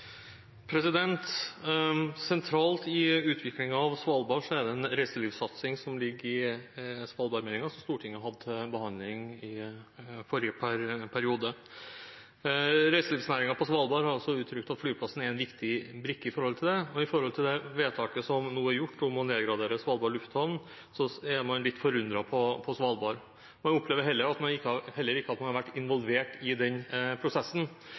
Sentralt i utviklingen av Svalbard er det en reiselivssatsing som ligger i Svalbard-meldingen, som Stortinget hadde til behandling i forrige periode. Reiselivsnæringen på Svalbard har også uttrykt at flyplassen er en viktig brikke for det, og med det vedtaket som nå er gjort om å nedgradere Svalbard lufthavn, er man litt forundret på Svalbard. Jeg opplever heller ikke at man har vært involvert i den prosessen.